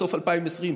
בסוף 2020,